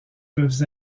peuvent